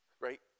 right